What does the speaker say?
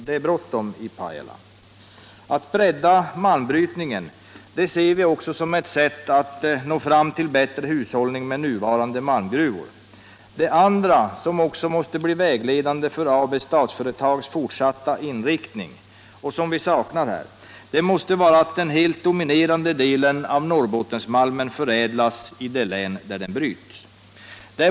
Det är bråttom i Pajala. Att bredda malmbrytningen ser vi också som ett sätt att nå fram till bättre hushållning med nuvarande malmgruvor. Det andra, som också måste bli vägledande för AB Statsföretags fortsatta inriktning — och som vi saknar i betänkandet — är att den helt dominerande delen av Norrbottensmalmen förädlas i det län där den bryts.